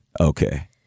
Okay